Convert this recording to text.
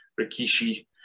Rikishi